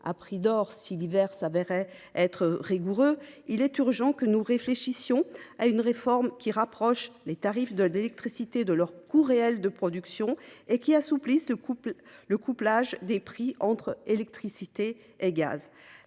à prix d’or si l’hiver était rigoureux. Il est urgent que nous réfléchissions à une réforme qui rapproche les tarifs de l’électricité de leur coût réel de production et assouplisse le couplage des prix entre électricité et gaz.